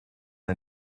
her